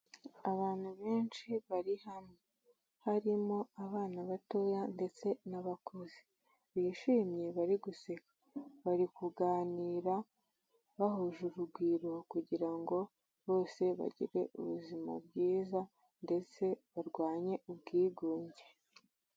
Abantu benshi bari hamwe, harimo abana batoya ndetse n'abakuze, bishimye bari guseka, bari kuganira bahuje urugwiro kugira ngo bose bagire ubuzima bwiza ndetse barwanye ubwigunge.